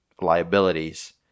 liabilities